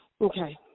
Okay